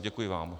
Děkuji vám.